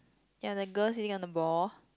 ya the girl sitting on the ball